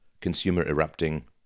consumer-erupting